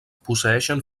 posseeixen